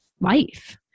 life